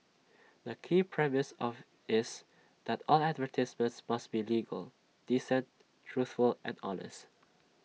the key premise of is that all advertisements must be legal decent truthful and honest